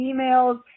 emails